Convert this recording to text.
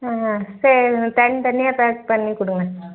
ஆ சரி எங்களுக்கு தனி தனியாக பேக் பண்ணி கொடுங்க